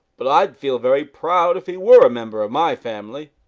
but i would feel very proud if he were a member of my family.